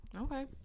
okay